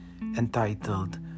entitled